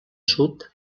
sud